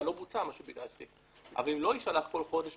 אבל אם לא יישלח כל חודש,